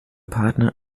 partner